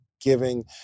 giving